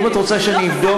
לא חסכתם,